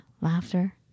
Laughter